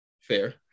Fair